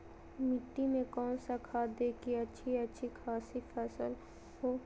मिट्टी में कौन सा खाद दे की अच्छी अच्छी खासी फसल हो?